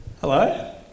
hello